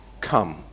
come